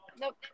Nope